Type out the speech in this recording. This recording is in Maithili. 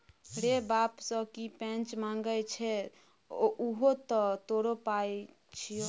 रे बाप सँ की पैंच मांगय छै उहो तँ तोरो पाय छियौ